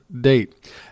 date